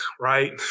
right